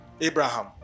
Abraham